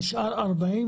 ונשאר 40,